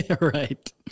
Right